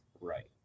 Right